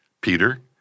Peter